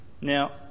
Now